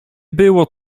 było